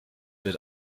wird